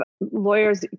lawyers